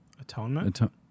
atonement